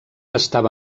estava